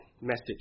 message